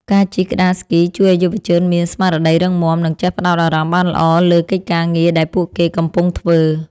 ការជិះក្ដារស្គីជួយឱ្យយុវជនមានស្មារតីរឹងមាំ និងចេះផ្ដោតអារម្មណ៍បានល្អលើកិច្ចការងារដែលពួកគេកំពុងធ្វើ។